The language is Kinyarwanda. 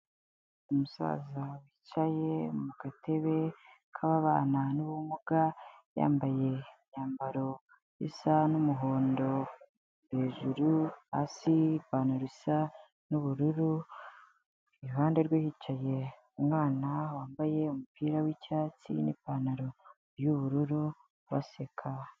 Umusaza wicaye mu gatebe k'ababana n'ubumuga yambaye imyambaro isa n'umuhondo hejuru hasi ipantaro isa n'ubururu, iruhande rwe hicaye umwana wambaye umupira w'icyatsi n'ipantaro y'ubururu baseka.